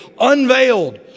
unveiled